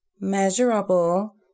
Measurable